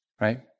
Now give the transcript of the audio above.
right